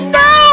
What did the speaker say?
no